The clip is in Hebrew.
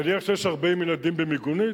נניח שיש 40 ילדים במיגונית,